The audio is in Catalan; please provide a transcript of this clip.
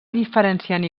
diferenciant